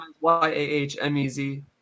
Y-A-H-M-E-Z